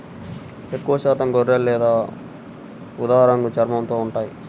ఎక్కువశాతం గొర్రెలు లేత ఊదా రంగు చర్మంతో ఉంటాయి